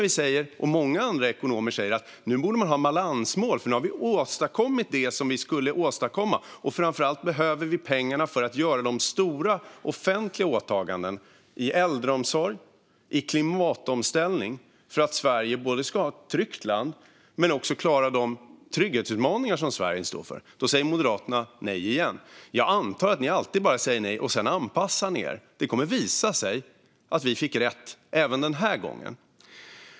Vi och många ekonomer säger nu att vi borde ha ett balansmål, för nu har vi åstadkommit det som vi skulle åstadkomma och framför allt behöver vi pengarna för att göra stora offentliga åtaganden i äldreomsorg och i klimatomställning för att Sverige ska vara ett tryggt land och klara de trygghetsutmaningar som Sverige står inför. Då säger Moderaterna nej igen. Jag antar att ni alltid bara säger nej och sedan anpassar er. Det kommer att visa sig att vi fick rätt även den här gången.